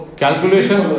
calculation